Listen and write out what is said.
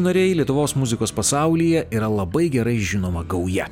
nariai lietuvos muzikos pasaulyje yra labai gerai žinoma gauja